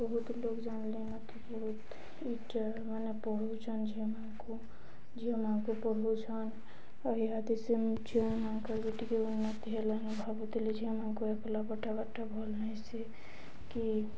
ବହୁତ ଲୋକ ଜାଣିଲେ ନା କି ବହୁତ ଇଟା ମାନେ ପଢ଼ୁଛନ୍ ଝିଅ ମାନଙ୍କୁ ଝିଅ ମାନଙ୍କୁ ପଢ଼ଉଛନ୍ ଆଉ ଏହାତିି ସେ ଝିଅ ମାନଙ୍କର ବି ଟିକେ ଉନ୍ନତି ହେଲଣି ଭାବୁଥିଲି ଝିଅ ମାନଙ୍କୁ ଏକଲା ପଠାବାର୍ ଟା ଭଲ୍ ହେସି କି